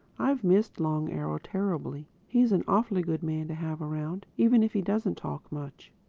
i've missed long arrow terribly. he's an awfully good man to have around even if he doesn't talk much.